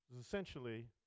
Essentially